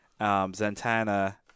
zantana